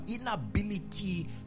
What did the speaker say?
inability